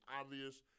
obvious